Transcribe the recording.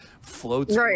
floats